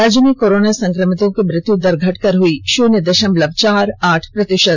राज्य में कोरोना संक्रमितों की मृत्युदर घट कर हुई शून्य दशमलव चार आठ प्रतिशत